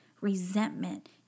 resentment